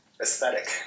aesthetic